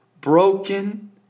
broken